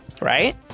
right